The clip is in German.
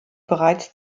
bereits